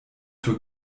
für